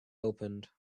opened